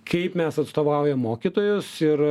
kaip mes atstovaujam mokytojus ir